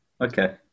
Okay